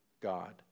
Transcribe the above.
God